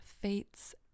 fate's